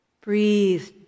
Breathe